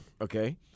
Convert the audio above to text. Okay